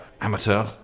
amateur